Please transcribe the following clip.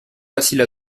facile